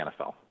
NFL